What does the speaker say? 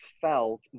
felt